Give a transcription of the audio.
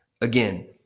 again